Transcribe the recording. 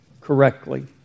correctly